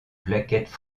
plaquettes